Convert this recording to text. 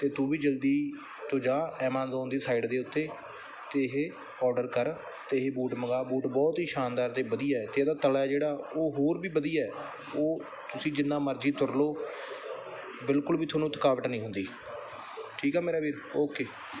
ਅਤੇ ਤੂੰ ਵੀ ਜਲਦੀ ਤੋਂ ਜਾ ਐਮਾਜ਼ੋਨ ਦੀ ਸਾਈਟ ਦੇ ਉੱਤੇ ਅਤੇ ਇਹ ਆਰਡਰ ਕਰ ਅਤੇ ਇਹ ਬੂਟ ਮੰਗਵਾ ਬੂਟ ਬਹੁਤ ਹੀ ਸ਼ਾਨਦਾਰ ਅਤੇ ਵਧੀਆ ਇੱਥੇ ਇਹਦਾ ਤਲਾ ਜਿਹੜਾ ਉਹ ਹੋਰ ਵੀ ਵਧੀਆ ਉਹ ਤੁਸੀਂ ਜਿੰਨਾ ਮਰਜ਼ੀ ਤੁਰ ਲਓ ਬਿਲਕੁਲ ਵੀ ਤੁਹਾਨੂੰ ਥਕਾਵਟ ਨਹੀਂ ਹੁੰਦੀ ਠੀਕ ਆ ਮੇਰਾ ਵੀਰ ਓਕੇ